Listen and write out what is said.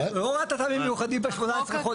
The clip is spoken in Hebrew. לא הורדת טעמים מיוחדים ב-18 חודשים.